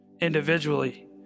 individually